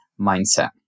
mindset